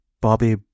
Bobby